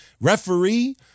Referee